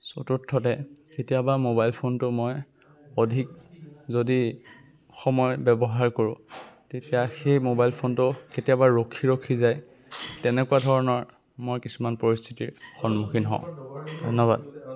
চতুৰ্থতে কেতিয়াবা মোবাইল ফোনটো মই অধিক যদি সময় ব্যৱহাৰ কৰোঁ তেতিয়া সেই মোবাইল ফোনটো কেতিয়াবা ৰখি ৰখি যায় তেনেকুৱা ধৰণৰ মই কিছুমান পৰিস্থিতিৰ সন্মুখীন হওঁ ধন্যবাদ